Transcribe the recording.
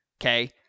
Okay